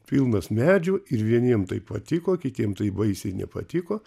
pilnas medžių ir vieniem tai patiko kitiem tai baisiai nepatiko